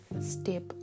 step